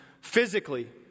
physically